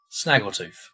Snaggletooth